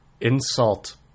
insult